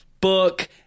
book